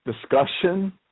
discussion